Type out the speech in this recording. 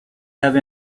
have